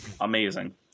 Amazing